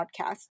podcast